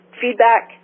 feedback